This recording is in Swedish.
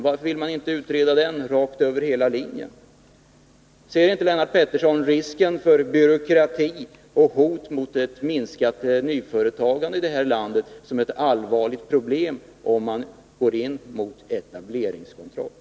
Varför vill man inte utreda dem över hela linjen? Ser inte Lennart Pettersson risken för byråkrati och ett minskat nyföretagande i vårt land, om man går in för etableringskontroll, som ett allvarligt problem?